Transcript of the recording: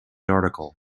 article